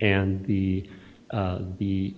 and the the